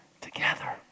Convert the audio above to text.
together